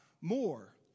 more